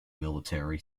military